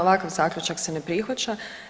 Ovakav Zaključak se ne prihvaća.